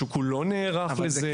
השוק כולו נערך לזה,